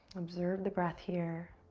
observe the breath here.